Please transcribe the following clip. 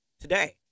today